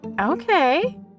Okay